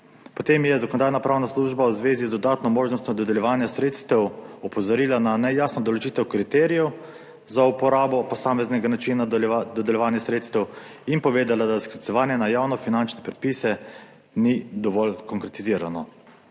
Potem je Zakonodajno-pravna služba v zvezi z dodatno možnostjo dodeljevanja sredstev opozorila na nejasno določitev kriterijev za uporabo posameznega načina dodeljevanja sredstev in povedala, da sklicevanje na javnofinančne predpise ni dovolj konkretizirano.